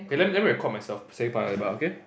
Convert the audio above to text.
okay let me let me record myself saying Paya-Lebar okay